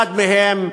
אחד מהם,